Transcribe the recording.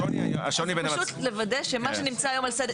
השוני הוא --- פשוט לוודא שמה שנמצא היום על סדר היום,